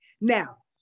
Now